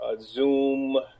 Zoom